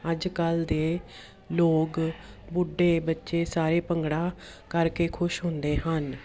ਅੱਜ ਕੱਲ੍ਹ ਦੇ ਲੋਕ ਬੁੱਢੇ ਬੱਚੇ ਸਾਰੇ ਭੰਗੜਾ ਕਰਕੇ ਖੁਸ਼ ਹੁੰਦੇ ਹਨ